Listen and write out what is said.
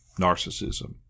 narcissism